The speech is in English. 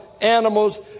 animals